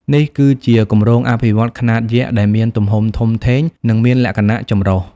នេះគឺជា គម្រោងអភិវឌ្ឍន៍ខ្នាតយក្ស ដែលមានទំហំធំធេង និងមានលក្ខណៈចម្រុះ។